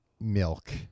Milk